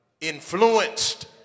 influenced